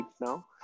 now